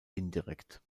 indirekt